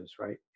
right